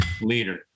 leader